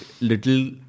little